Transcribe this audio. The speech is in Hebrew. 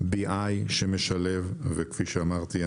BI שמשלב וכפי שאמרתי,